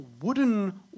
wooden